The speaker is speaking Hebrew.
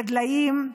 ודליים,